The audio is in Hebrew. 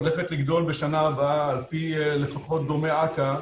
הולכת לגדול בשנה הבאה על פי לפחות גורמי אכ"א,